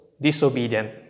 disobedient